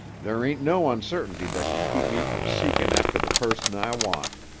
there ain't no uncertainty that can keep me from seekin' after the person i want.